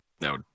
No